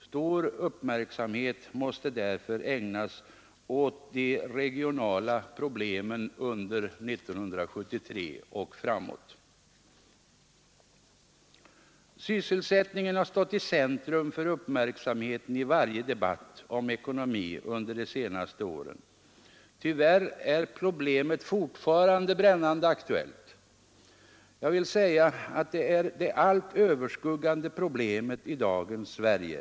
Stor uppmärksamhet måste därför ägnas åt de regionala problemen under 1973 och framåt. Sysselsättningen har stått i centrum för uppmärksamheten i varje debatt om ekonomi under de senaste åren. Tyvärr är problemet Nr 31 fortfarande brännande aktuellt — jag vill säga att det är det allt Onsdagen den överskuggande problemet i dagens Sverige.